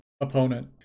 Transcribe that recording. opponent